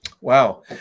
wow